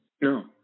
No